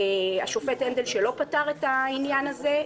השופט הנדל שלא פתר את העניין הזה,